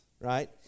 right